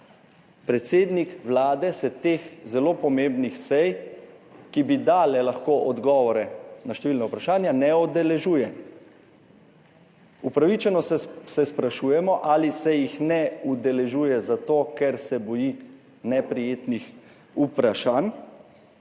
Predsednik Vlade se teh zelo pomembnih sej, ki bi lahko dale odgovore na številna vprašanja, ne udeležuje. Upravičeno se sprašujemo, ali se jih ne udeležuje zato, ker se boji neprijetnih vprašanj,